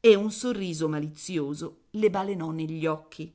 e un sorriso malizioso le balenò negli occhi